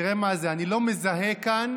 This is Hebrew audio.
תראה מה זה, אני לא מזהה כאן